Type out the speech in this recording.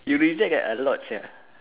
you reject like a lot sia